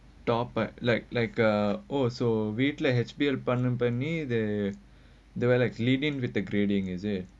top but like like uh also வீட்டுலே பண்ணி பண்ணி:veetulae panni panni lenient with the grading is it